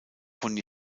von